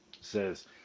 says